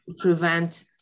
prevent